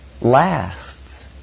lasts